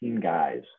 guys